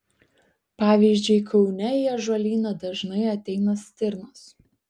pavyzdžiui kaune į ąžuolyną dažnai ateina stirnos